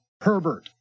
Herbert